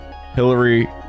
Hillary